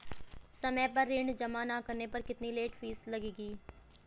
समय पर ऋण जमा न करने पर कितनी लेट फीस लगेगी?